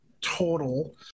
total